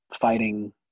fighting